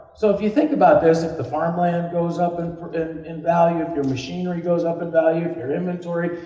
so, if you think about this, if the farmland goes up and in in value, if your machinery goes up in value, if your inventory,